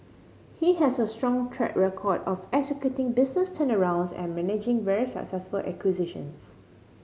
he has a strong track record of executing business turnarounds and managing very successful acquisitions